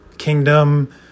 kingdom